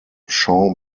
sean